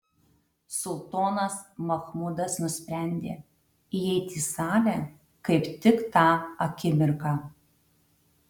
sultonas machmudas nusprendė įeiti į salę kaip tik tą akimirką